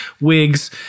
wigs